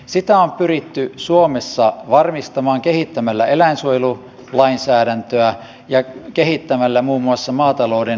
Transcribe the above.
sitä on pyritty suomessa varmistamaan kehittämällä eläinsuojelulainsäädäntöä ja kehittämällä muun muassa maatalouden tukijärjestelmää